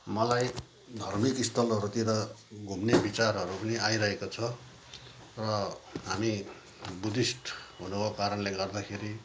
मलाई धार्मिक स्थलहरूतिर घुम्ने विचारहरू पनि आइरहेको छ र हामी बुद्धिस्ट हुनुको कारणले गर्दाखेरि